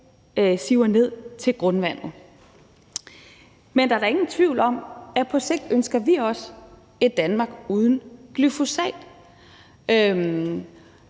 siver ned til grundvandet. Men der er da ingen tvivl om, at vi på sigt også ønsker et Danmark uden glyfosat.